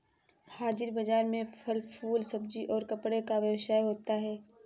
हाजिर बाजार में फल फूल सब्जी और कपड़े का व्यवसाय होता है